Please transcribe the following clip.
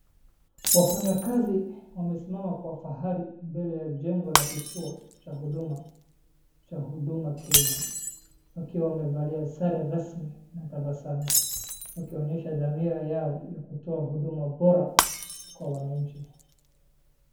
Wafanyakazi wamesimama kwa fahari mbele ya jengo la kituo cha Huduma Kenya wakiwa wamevalia sare rasmi na tabasamu, wakionyesha dhamira yao ya kutoa huduma bora kwa wananchi.